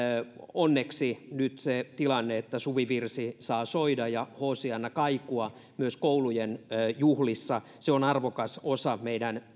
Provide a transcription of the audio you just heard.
onneksi nyt se tilanne että suvivirsi saa soida ja hoosianna kaikua myös koulujen juhlissa se on arvokas osa meidän